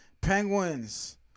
Penguins